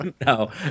No